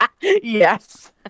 Yes